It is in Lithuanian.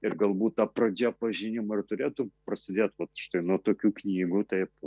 ir galbūt ta pradžia pažinimo ir turėtų prasidėt vat štai nuo tokių knygų taip